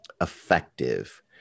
effective